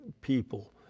people